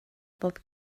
bob